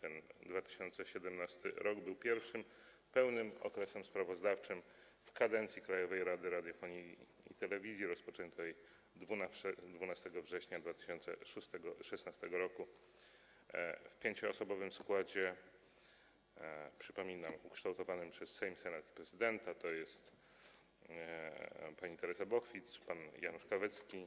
Ten 2017 r. był pierwszym pełnym okresem sprawozdawczym w kadencji Krajowej Rady Radiofonii i Telewizji rozpoczętej 12 września 2016 r. w 5-osobowym składzie, przypominam, ukształtowanym przez Sejm, Senat i prezydenta: pani Teresa Bochwic, pan Janusz Kawecki,